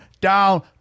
down